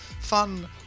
fun